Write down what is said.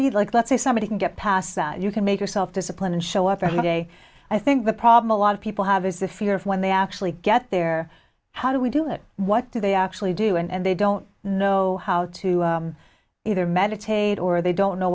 be like let's say somebody can get past that you can make yourself discipline and show up every day i think the problem lot of people have is the fear when they actually get there how do we do it what do they actually do and they don't know how to either meditate or they don't know